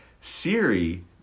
Siri